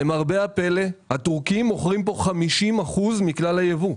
למרבה הפלא, הטורקים מוכרים פה 50% מכלל הייבוא,